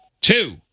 two